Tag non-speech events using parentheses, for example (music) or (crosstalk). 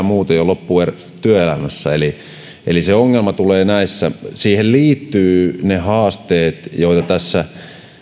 (unintelligible) muuten jo varttuneemmalla iällä työelämässä eli eli se ongelma tulee näissä siihen liittyvät ne haasteet joita tässä